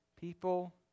people